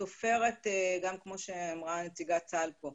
כמו שאמרה נציגת צה"ל פה,